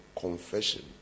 confession